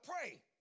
pray